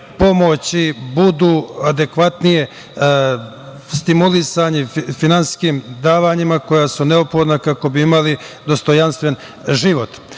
budu adekvatnije stimulisani finansijskim davanjima koja su neophodna kako bi imali dostojanstven